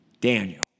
Daniel